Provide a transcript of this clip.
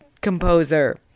composer